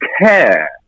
care